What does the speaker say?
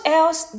else